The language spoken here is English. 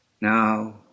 Now